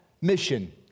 mission